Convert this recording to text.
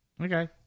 Okay